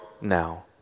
now